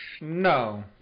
No